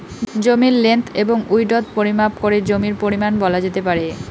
জমির লেন্থ এবং উইড্থ পরিমাপ করে জমির পরিমান বলা যেতে পারে